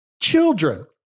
children